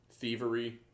thievery